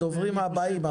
הדוברים הבאים.